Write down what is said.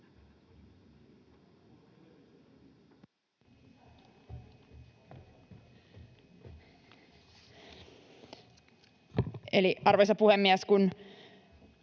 Arvoisa puhemies! Kun